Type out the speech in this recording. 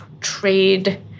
trade